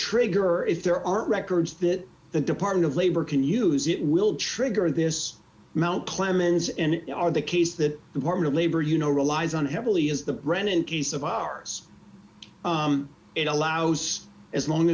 trigger if there are records that the department of labor can use it will trigger in this amount clemens and the case that department of labor you know relies on heavily as the run in case of ours it allows us as long